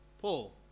Paul